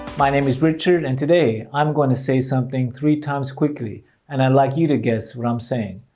my name is richard and today, i'm going to say something three times quickly and i'd like you to guess what i'm saying.